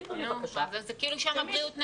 כאילו הבריאות נעלמת.